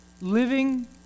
living